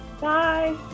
Bye